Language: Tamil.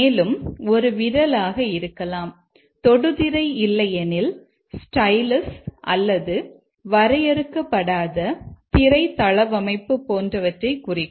மேலும் ஒரு விரலாக இருக்கலாம் தொடுதிரை இல்லையெனில் ஸ்டைலஸ் அல்லது வரையறுக்கப்படாத திரை தளவமைப்பு போன்றவற்றை குறிக்கும்